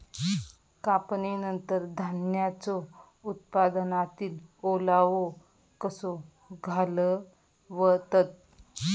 कापणीनंतर धान्यांचो उत्पादनातील ओलावो कसो घालवतत?